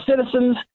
citizens